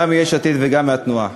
גם מיש עתיד וגם מהתנועה.